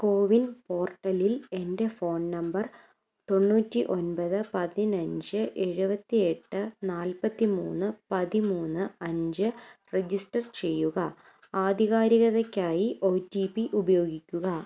കോവിൻ പോർട്ടലിൽ എന്റെ phone number തൊണ്ണൂറ്റി ഒൻപത് പതിനഞ്ച് എഴുപത്തി എട്ട് നാല്പത്തി മൂന്ന് പതിമൂന്ന് അഞ്ച് രെജിസ്റ്റർ ചെയ്യുക ആധികാരികതയ്ക്കായി ഓ റ്റീ പ്പി ഉപയോഗിക്കുക